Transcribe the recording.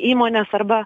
įmones arba